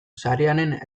sarearen